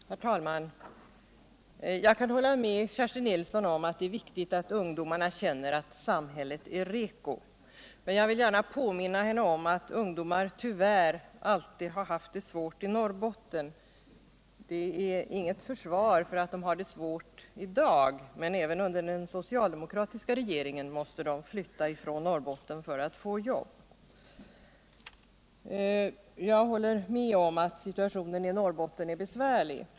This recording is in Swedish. Herr talman! Jag kan hålla med Kerstin Nilsson om att det är viktigt att ungdomarna känner att samhället är reko, men jag vill gärna påminna henne om att ungdomar tyvärr alltid har haft det svårt i Norrbotten. Det är inget försvar för att de har det svårt i dag, men även under den socialdemokratiska regeringens tid var de tvungna att flytta från Norrbotten för att få arbete. Jag håller också med om att situationen i Norrbotten är besvärlig.